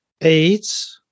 aids